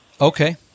Okay